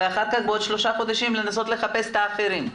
ואחר כך בעוד שלושה חודשים לנסות לחפש אחרים.